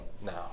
now